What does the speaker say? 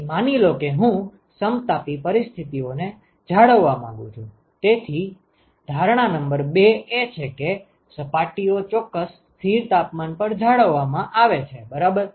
તેથી માની લો કે હું સમતાપી પરિસ્થિતિઓને જાળવવા માંગું છું તેથી ધારણા નંબર 2 એ છે કે સપાટીઓ ચોક્કસ સ્થિર તાપમાન પર જાળવવામાં આવે છે બરાબર